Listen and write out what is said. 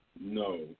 No